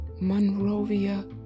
Monrovia